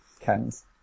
Ken's